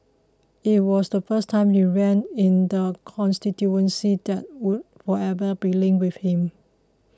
it was the first time he ran in the constituency that would forever be linked with him